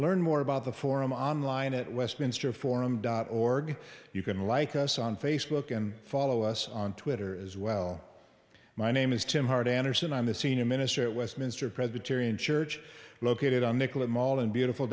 learn more about the forum online at westminster forum dot org you can like us on facebook and follow us on twitter as well my name is tim hart anderson i'm a senior minister at westminster presbyterian church located on nicollet mall in beautiful